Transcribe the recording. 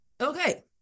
Okay